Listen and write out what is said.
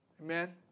Amen